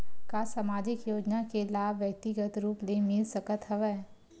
का सामाजिक योजना के लाभ व्यक्तिगत रूप ले मिल सकत हवय?